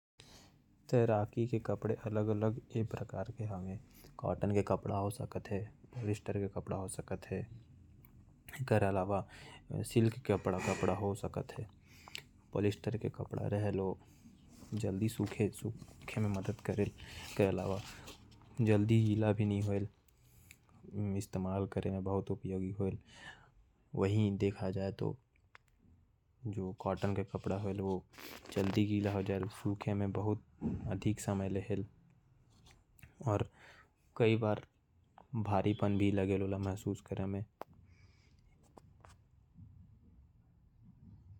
तैराकी के कपड़ा अलग अलग कुछ ये प्रकार के होयल। कॉटन के कपड़ा हो सकत है। पॉलिएस्टर के कपड़ा हो सकत है। पॉलिएस्टर के कपड़ा जल्दी सुख जायल। कॉटन के कपड़ा सूखे में समय ले। और महसूस करे में थोड़ा भरी होजायल।